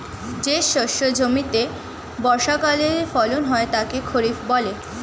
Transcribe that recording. যে শস্য জমিতে বর্ষাকালে ফলন হয় তাকে খরিফ বলে